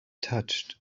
touched